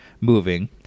moving